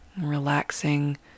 Relaxing